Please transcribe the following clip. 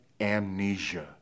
amnesia